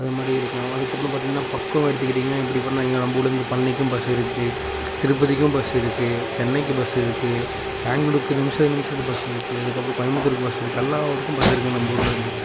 அது மாரி இருக்கலாம் அதற்கப்பறம் பார்த்தீங்கன்னா பக்கம் எடுத்துக்கிட்டிங்கன்னா இப்படி பண்ணால் இங்கே நம்ப ஊர்லந்து பழனிக்கும் பஸ் இருக்கு திருப்பதிக்கும் பஸ் இருக்கு சென்னைக்கு பஸ் இருக்கு பெங்க்ளூர்க்கு நிமிஷத்துக்கு நிமிஷத்துக்கு பஸ் இருக்கு அதற்கப்பறம் கோயம்புத்தூருக்கு பஸ் இருக்கு எல்லா ஊருக்கும் பஸ் இருக்குங்க நம்ப ஊர்லந்து